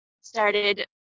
started